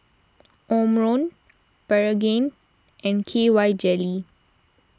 Omron Pregain and K Y Jelly